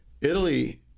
Italy